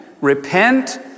Repent